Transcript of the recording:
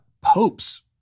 popes